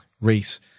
Reese